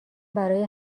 برای